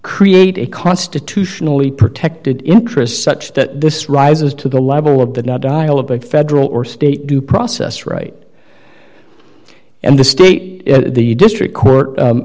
create a constitutionally protected interest such that this rises to the level of the not dial up of federal or state due process right and the state the district court